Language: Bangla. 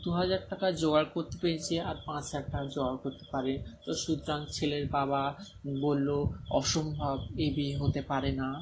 দু হাজার টাকা জোগাড় করতে পেরেছে আর পাঁচ হাজার টাকা জোগাড় করতে পারেনি তো সুতরাং ছেলের বাবা বলল অসম্ভব এ বিয়ে হতে পারে না